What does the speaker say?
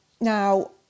Now